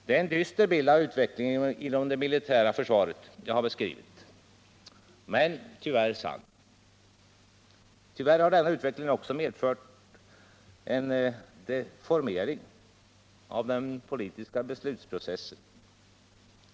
Det är en dyster bild av utvecklingen inom det militära försvaret som jag har beskrivit. Men den är tyvärr sann. Dessutom har denna utveckling också medfört en deformering av den politiska beslutsprocessen.